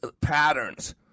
patterns